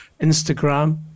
instagram